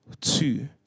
Two